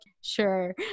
sure